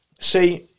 See